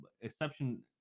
Exception